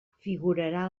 figurarà